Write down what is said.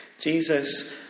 Jesus